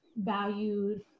Valued